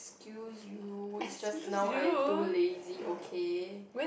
excuse you is just now I too lazy okay